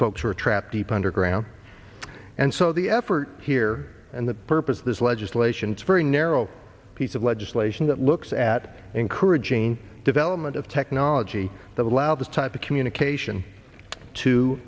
folks who are trapped deep underground and so the effort here and the purpose of this legislation to very narrow piece of legislation that looks at encouraging development of technology that allow this type of communication to